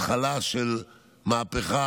הוא התחלה של מהפכה.